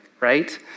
right